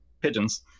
pigeons